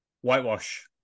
whitewash